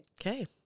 Okay